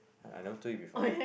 I never do it before